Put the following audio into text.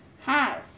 Hi